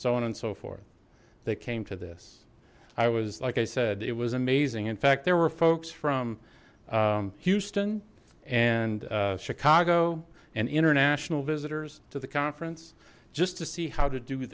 so on and so forth that came to this i was like i said it was amazing in fact there were folks from houston and chicago and international visitors to the conference just to see how to do